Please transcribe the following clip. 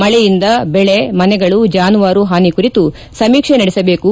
ಮಳೆಯಿಂದ ದೆಳೆ ಮನೆಗಳು ಜಾನುವಾರು ಹಾನಿ ಕುರಿತು ಸಮೀಕ್ಷೆ ನಡೆಸಬೇಕು